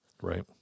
Right